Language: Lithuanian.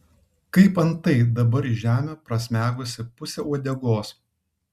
kaip antai dabar į žemę prasmegusi pusė uodegos